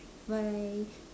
bye